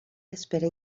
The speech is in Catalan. espera